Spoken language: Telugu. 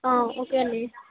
ఓకే అండి